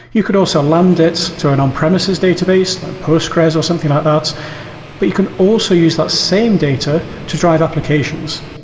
you could also lend it to an on-premises database, like postgres or something like that. but you can also use that same data to drive applications.